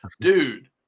dude